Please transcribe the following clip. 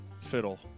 Fiddle